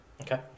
Okay